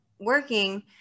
working